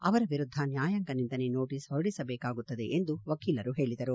ಅವರ ವಿರುದ್ಧ ನ್ಯಾಯಾಂಗ ನಿಂದನೆ ನೋಟೀಸ್ ಹೊರಡಿಸಬೇಕಾಗುತ್ತದೆ ಎಂದು ವಕೀಲರು ಹೇಳಿದರು